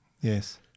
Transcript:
Yes